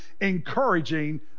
encouraging